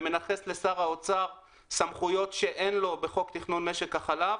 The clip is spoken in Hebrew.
ומנכס לשר האוצר סמכויות שאין לו בחוק תכנון משק החלב.